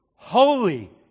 Holy